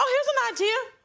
here's an idea,